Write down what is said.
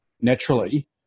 naturally